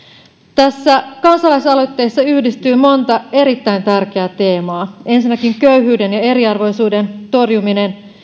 tässä kansalaisaloitteessa yhdistyy monta erittäin tärkeää teemaa ensinnäkin köyhyyden ja eriarvoisuuden torjuminen